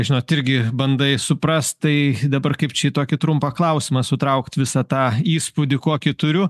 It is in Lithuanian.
žinot irgi bandai suprast tai dabar kaip čia tokį trumpą klausimą sutraukt visą tą įspūdį kokį turiu